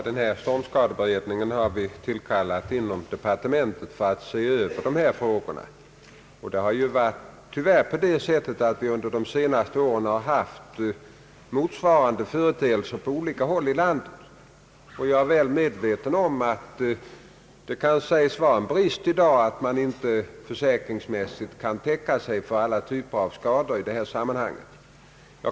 Herr talman! Stormskadeberedningen har tillkallats inom departementet för att se över de här frågorna. Vi har tyvärr under de senaste åren haft liknande skador på andra håll i landet. Jag är väl medveten om att det i dag kan sägas vara en brist att man inte försäkringsmässigt kan täcka sig för alla skador av detta slag.